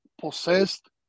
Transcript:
possessed